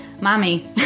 Mommy